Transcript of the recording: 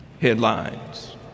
Headlines